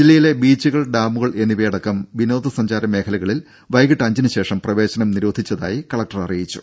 ജില്ലയിലെ ബീച്ചുകൾ ഡാമുകൾ എന്നിവയടക്കം വിനോദ സഞ്ചാര മേഖലകളിൽ വൈകീട്ട് അഞ്ചിനു ശേഷം പ്രവേശനം നിരോധിച്ചതായും കലക്ടർ അറിയിച്ചു